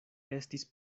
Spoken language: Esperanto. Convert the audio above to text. estis